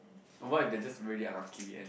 or what if they're just really unlucky and